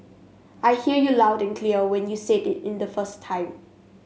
I hear you loud and clear when you said it in the first time